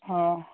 ହଁ